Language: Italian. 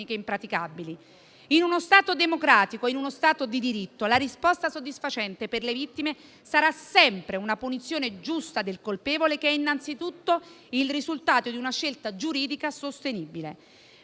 impraticabili. In uno Stato democratico e in uno Stato di diritto la risposta soddisfacente per le vittime sarà sempre una punizione giusta del colpevole, che è innanzitutto il risultato di una scelta giuridica sostenibile,